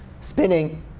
spinning